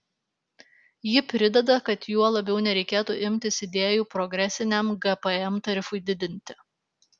ji prideda kad juo labiau nereikėtų imtis idėjų progresiniam gpm tarifui didinti